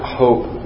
hope